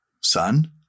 Son